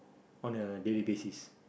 on a daily basis